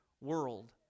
world